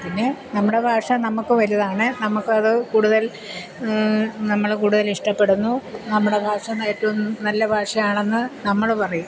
പിന്നെ നമ്മുടെ ഭാഷ നമുക്ക് വലുതാണ് നമുക്കത് കൂടുതൽ നമ്മൾ കൂടുതൽ ഇഷ്ടപ്പെടുന്നു നമ്മുടെ ഭാഷ ഏറ്റവും നല്ല ഭാഷയാണെന്ന് നമ്മൾ പറയും